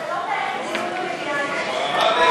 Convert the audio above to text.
אתה לא מנהל את הדיון במליאה.